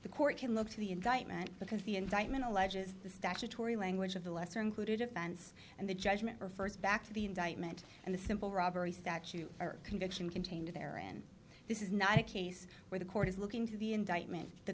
the court can look to the indictment because the indictment alleges the statutory language of the lesser included offense and the judgment refers back to the indictment and the simple robbery statute or conviction contained therein this is not a case where the court is looking to the indictment the